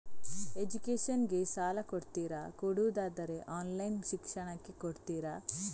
Education ಗೆ ಸಾಲ ಕೊಡ್ತೀರಾ, ಕೊಡುವುದಾದರೆ ಆನ್ಲೈನ್ ಶಿಕ್ಷಣಕ್ಕೆ ಕೊಡ್ತೀರಾ?